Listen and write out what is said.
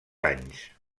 anys